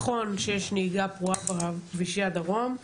נכון שיש נהיגה פרועה בכבישי הדרום,